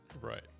Right